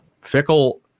Fickle